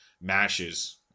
Mashes